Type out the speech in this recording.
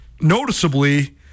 noticeably